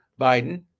Biden